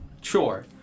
Sure